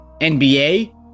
nba